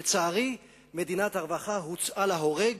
לצערי, מדינת הרווחה הוצאה להורג.